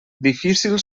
difícil